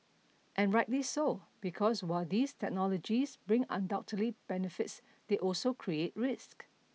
and rightly so because while these technologies bring undoubted benefits they also create risks